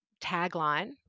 tagline